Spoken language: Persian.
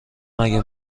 مگه